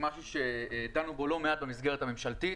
היא משהו שדנו בו לא מעט במסגרת הממשלתית